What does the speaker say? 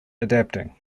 adapting